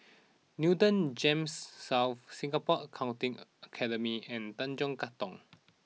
Newton Gems South Singapore Accountancy Academy and Tanjong Katong